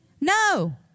No